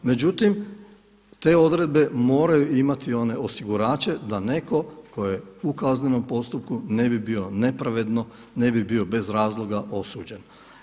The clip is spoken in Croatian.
Međutim te odredbe moraju imati one osigurače da neko tko je u kaznenom postupku ne bi bio nepravedno, ne bi bio bez razloga osuđen.